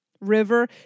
river